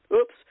Oops